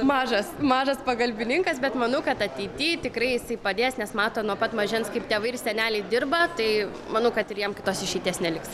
mažas mažas pagalbininkas bet manau kad ateity tikrai jisai padės nes mato nuo pat mažens kaip tėvai ir seneliai dirba tai manau kad ir jam kitos išeities neliks